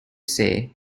say